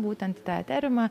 būtent tą eteriumą